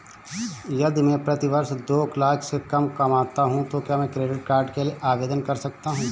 यदि मैं प्रति वर्ष दो लाख से कम कमाता हूँ तो क्या मैं क्रेडिट कार्ड के लिए आवेदन कर सकता हूँ?